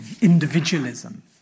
individualism